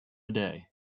day